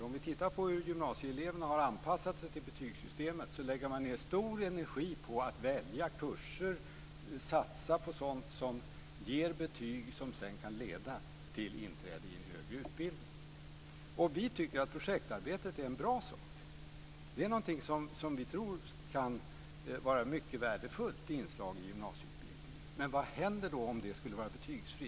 Om vi tittar på hur gymnasieeleverna har anpassat sig till betygssystemet ser vi att de lägger ned stor energi på att välja kurser och satsa på sådant som ger betyg, som sedan kan leda till inträde i högre utbildning. Vi tycker att projektarbetet är en bra sak. Det är någonting som vi tror kan vara ett mycket värdefullt inslag i gymnasieutbildningen. Men vad händer då om det skulle vara betygsfritt?